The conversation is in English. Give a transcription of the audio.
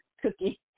cookie